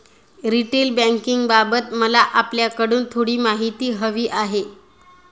retail बँकिंगबाबत मला आपल्याकडून थोडी माहिती हवी आहे